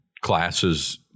classes